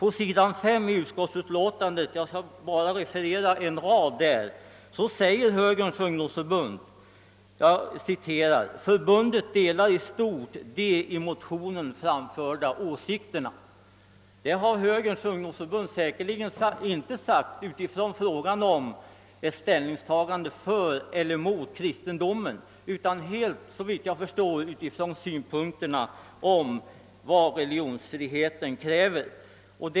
Enligt s. 5 i utskottsutlåtandet säger Högerns ungdomsförbund att »förbundet delar i stort de i motionen framförda åsikterna». Detta har Högerns ungdomsförbund såvitt jag förstår inte skrivit med utgångspunkt från sitt ställningstagande för eller emot kristendomen, utan med utgångspunkt från vad religionsfriheten kräver.